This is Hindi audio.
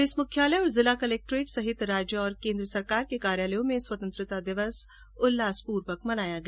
पुलिस मुख्यालय और जिला कलेक्ट्रेट सहित राज्य और केंद्र सरकार के कार्यालयों में स्वतंत्रता दिवस उल्लासपूर्वक मनाया गया